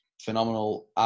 phenomenal